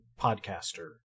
podcaster